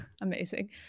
amazing